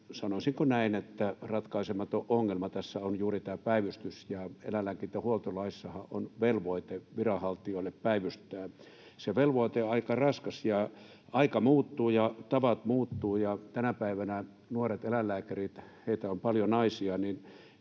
sanoisinko näin, ratkaisematon ongelma tässä on juuri tämä päivystys. Eläinlääkintähuoltolaissahan on velvoite viranhaltijoille päivystää. Se velvoite on aika raskas. Aika muuttuu, ja tavat muuttuvat. Tänä päivänä nuoret eläinlääkärit ovat paljolti naisia.